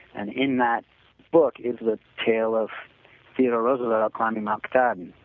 and in that book, it's the tale of theodore roosevelt climbing mt. katahdin,